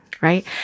right